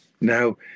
Now